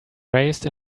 raced